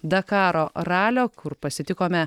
dakaro ralio kur pasitikome